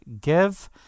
give